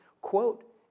quote